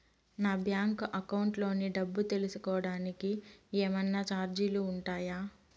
నా bank account లోని డబ్బు తెలుసుకోవడానికి కోవడానికి ఏమన్నా చార్జీలు ఉంటాయా?